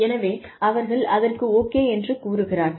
எனவே அவர்கள் அதற்கு ஓகே என்று கூறுகிறார்கள்